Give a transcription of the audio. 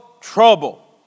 trouble